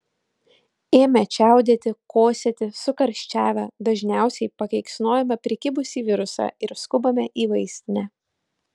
ėmę čiaudėti kosėti sukarščiavę dažniausiai pakeiksnojame prikibusį virusą ir skubame į vaistinę